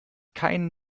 keinen